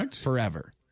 forever